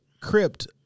Crypt